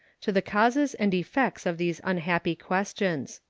to the causes and effects of these unhappy questions.